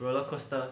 roller coaster